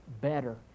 better